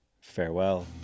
farewell